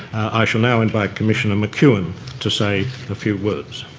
i shall now invite commissioner mcewin to say a few words.